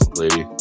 lady